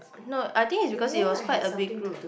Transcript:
no I think is because it was quite a big group